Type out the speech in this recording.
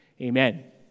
Amen